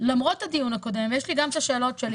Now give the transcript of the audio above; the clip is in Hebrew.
למרות הדיון הקודם יש לי גם השאלות שלי